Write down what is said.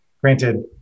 granted